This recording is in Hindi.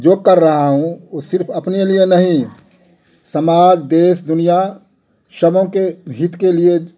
जो कर रहा हूँ वह सिर्फ अपने लिए नहीं समाज देश दुनिया सबों के हित के लिए